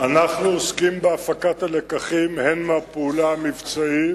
אנחנו עוסקים בהפקת הלקחים הן מהפעולה המבצעית